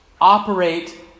operate